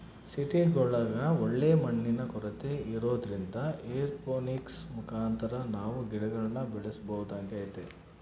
ಸಿಟಿಗುಳಗ ಒಳ್ಳೆ ಮಣ್ಣಿನ ಕೊರತೆ ಇರೊದ್ರಿಂದ ಏರೋಪೋನಿಕ್ಸ್ ಮುಖಾಂತರ ನಾವು ಗಿಡಗುಳ್ನ ಬೆಳೆಸಬೊದಾಗೆತೆ